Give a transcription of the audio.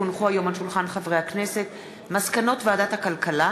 כי הונחו היום על שולחן הכנסת מסקנות ועדת הכלכלה